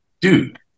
dude